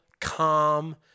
calm